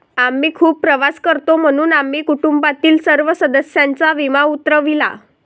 आम्ही खूप प्रवास करतो म्हणून आम्ही कुटुंबातील सर्व सदस्यांचा विमा उतरविला